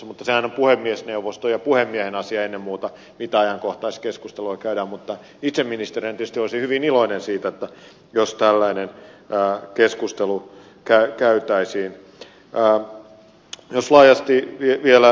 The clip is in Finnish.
sehän on ennen muuta puhemiesneuvoston ja puhemiehen asia mitä ajankohtaiskeskustelua käydään mutta itse ministerinä tietysti olisin hyvin iloinen siitä jos tällainen keskustelu käytäisiin ja jos laajasti ja vielä